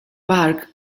park